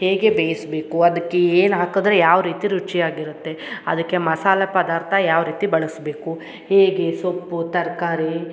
ಹೇಗೆ ಬೇಯಿಸ್ಬೇಕು ಅದಕ್ಕೆ ಏನು ಹಾಕದ್ರೆ ಯಾವ ರೀತಿ ರುಚಿಯಾಗಿರತ್ತೆ ಅದಕ್ಕೆ ಮಸಾಲೆ ಪದಾರ್ಥ ಯಾವ ರೀತಿ ಬಳಸಬೇಕು ಹೇಗೆ ಸೊಪ್ಪು ತರಕಾರಿ